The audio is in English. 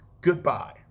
Goodbye